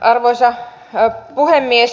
arvoisa puhemies